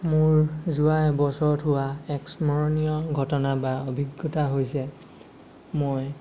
মোৰ যোৱা এবছৰত হোৱা এক স্মৰণীয় ঘটনা বা অভিজ্ঞতা হৈছে মই